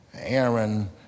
Aaron